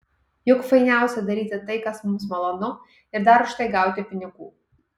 juk fainiausia daryti tai kas mums malonu ir dar už tai gauti pinigų